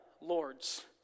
Lord's